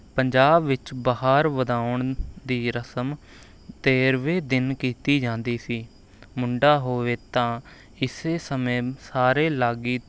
ਪੰਜਾਬ ਵਿੱਚ ਬਾਹਰ ਵਧਾਉਣ ਦੀ ਰਸਮ ਤੇਰ੍ਹਵੇਂ ਦਿਨ ਕੀਤੀ ਜਾਂਦੀ ਸੀ ਮੁੰਡਾ ਹੋਵੇ ਤਾਂ ਇਸ ਸਮੇਂ ਸਾਰੇ ਲਾਗੀ